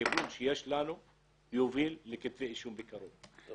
שהכיוון שיש לנו יוביל לכתבי אישום בקרוב.